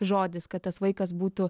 žodis kad tas vaikas būtų